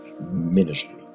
ministry